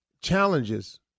Challenges